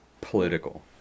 Political